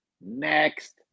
Next